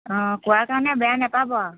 অঁ কোৱাৰ কাৰণে বেয়া নেপাব আৰু